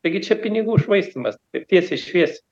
taigi čia pinigų švaistymas taip tiesiai šviesiai